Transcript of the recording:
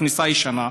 הכניסה הישנה,